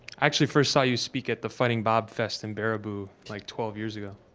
actually first saw you speak at the fighting bob fest in baraboo like twelve years ago.